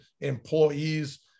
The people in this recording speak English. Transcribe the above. employees